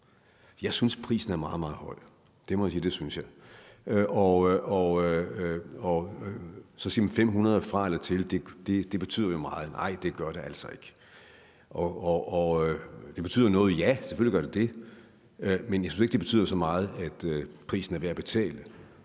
Jeg synes, at prisen er meget, meget høj – det må jeg sige jeg synes. Så siger man: 500 fra eller til, det betyder jo meget. Nej, det gør det altså ikke. Det betyder noget, ja, selvfølgelig gør det det, men jeg synes ikke det betyder så meget, at prisen er værd at betale,